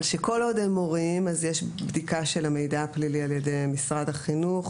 שכל עוד הם מורים יש בדיקה של המידע הפלילי על ידי משרד החינוך,